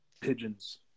pigeons